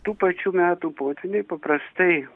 tų pačių metų potvyniai paprastai